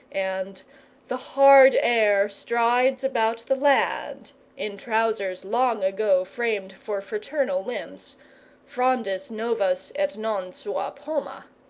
and the hard heir strides about the land in trousers long ago framed for fraternal limbs frondes novas et non sua poma.